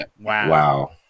Wow